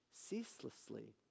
ceaselessly